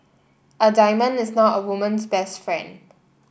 a diamond is not a woman's best friend